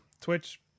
Twitch